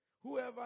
Whoever